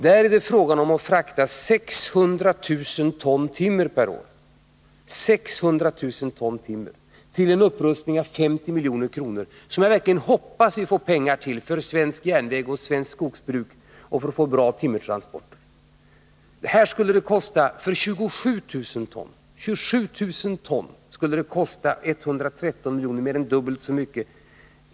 Där är det fråga om att frakta 600 000 ton timmer per år och en upprustning som kostar 50 milj.kr. Det är en upprustning som jag verkligen hoppas att vi får pengar till, för det skulle gagna svensk järnväg och svenskt skogsbruk och göra det möjligt för oss att få bra timmertransporter. I det nu aktuella fallet skulle upprustningen för 27 000 ton kosta 113 milj.kr., alltså mer än dubbelt så mycket.